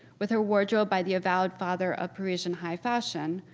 with her wardrobe by the avowed father of parisian high fashion,